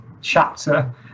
chapter